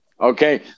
Okay